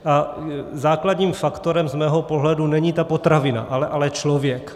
A základním faktorem z mého pohledu není ta potravina, ale člověk.